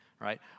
Right